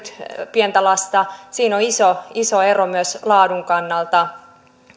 pientä lasta siinä on iso iso ero myös laadun kannalta